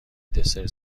دسر